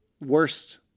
Worst